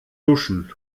duschen